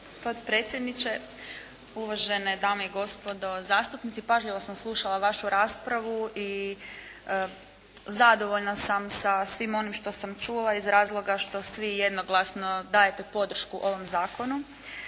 potpredsjedniče, uvažene dame i gospodo zastupnici. Pažljivo sam slušala vašu raspravu i zadovoljna sam sa svim onim što sam čula iz razloga što svi jednoglasno dajete podršku ovom zakonu.